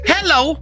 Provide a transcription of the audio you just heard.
Hello